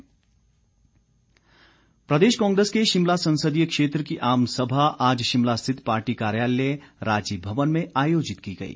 कुलदीप राठौर प्रदेश कांग्रेस के शिमला संसदीय क्षेत्र की आम सभा आज शिमला स्थित पार्टी कार्यालय राजीव भवन में आयोजित की गई